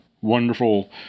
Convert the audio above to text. wonderful